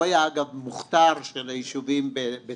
הוא היה, אגב, מוכתר של היישובים בתעז,